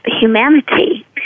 humanity